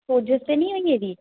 सोजस ते नी होई गेदी